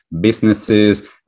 Businesses